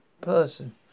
person